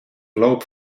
loop